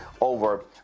over